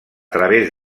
través